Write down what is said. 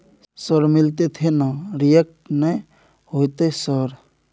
Sir मिलते थे ना रिजेक्ट नय होतय सर?